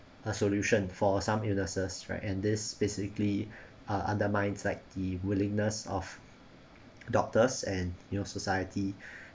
a solution for some illnesses right and this basically ah undermines like the willingness of doctors and you know society